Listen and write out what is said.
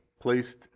placed